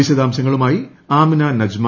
വിശദാംശങ്ങളുമായി ആമിന നജ്മ